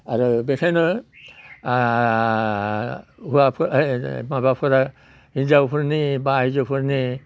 आरो बेखायनो हुवाफोर माबाफोरा हिनजावफोरनि बा आइजोफोरनि